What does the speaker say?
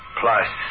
plus